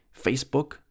Facebook